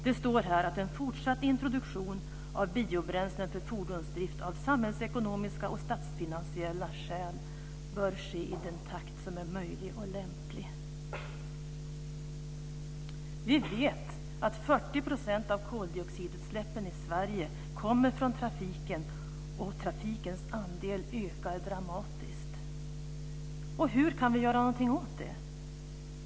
Det står här att en fortsatt introduktion av biobränslen för fordonsdrift av samhällsekonomiska och statsfinansiella skäl bör ske i den takt som är möjlig och lämplig. Vi vet att 40 % av koldioxidutsläppen i Sverige kommer från trafiken, och trafikens andel ökar dramatiskt. Kan vi göra någonting åt det?